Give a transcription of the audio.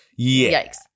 Yikes